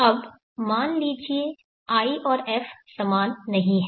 अब मान लीजिए i और f समान नहीं हैं